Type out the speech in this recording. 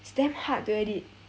it's damn hard to edit